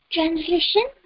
Translation